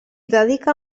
dedica